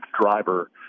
driver